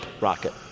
rocket